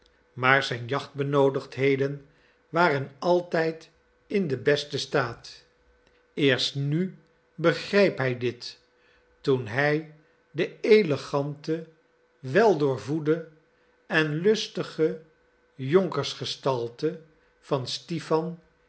maar zijn jachtbenoodigdheden waren altijd in den besten staat eerst nu begreep hij dit toen hij de elegante weldoorvoede en lustige jonkersgestalte van stipan